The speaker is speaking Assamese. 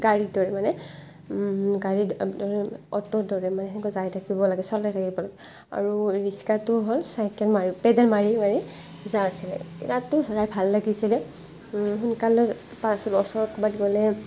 গাড়ীৰ দৰে মানে গাড়ীৰ দৰে অটোৰ দৰে মানে সেনেকৈ যাই থাকিব লাগে চলাই থাকিব লাগে আৰু ৰিস্কাটো হ'ল চাইকেল মাৰি পেডেল মাৰি মাৰি যে আছিলে ইয়াতো চলাই ভাল লাগিছিলে সোনকালে পাইছিলোঁ ওচৰত ক'ৰবাত গ'লে